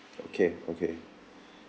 okay okay